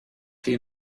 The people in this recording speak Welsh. chi